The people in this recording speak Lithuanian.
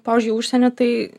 pavyzdžiui užsieny tai